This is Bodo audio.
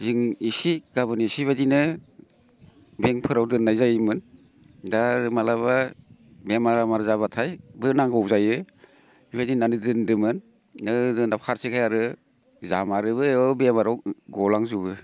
दिनै एसे गाबोन एसे बादिनो बेंफोराव दोननाय जायोमोन दा आर माब्लाबा बेमार आमार जाब्लाथायबो नांगौ जायो बेबायदि होननानै दोनदोमोन दा ओजों फारसेखाय आरो जामारोबो बेमाराव गलांजोबो